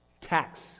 tax